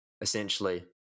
Essentially